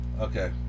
Okay